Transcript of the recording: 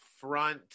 front